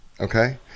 Okay